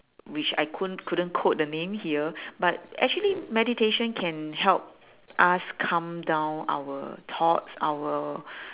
which I couldn't couldn't quote the name here but actually meditation can help us calm down our thoughts our